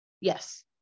Yes